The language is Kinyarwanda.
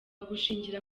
gushingira